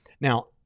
Now